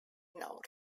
north